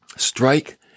Strike